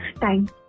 time